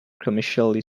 commercially